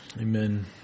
Amen